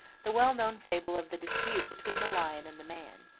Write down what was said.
the well-known fable of the dispute between the lion and the man.